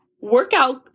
Workout